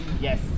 Yes